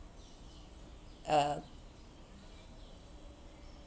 err